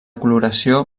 coloració